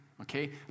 okay